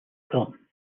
come